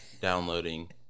downloading